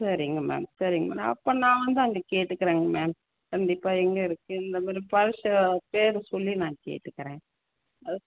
சரிங்க மேம் சரிங்க மேம் அப்போ நான் வந்து அங்கே கேட்டுக்கிறேங்க மேம் கண்டிப்பாக எங்கே இருக்குது இந்தமாதிரி பழ ஸ்டோர் பேரை சொல்லி நான் கேட்டுக்கிறேன் அது